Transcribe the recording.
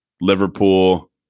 Liverpool